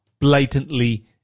blatantly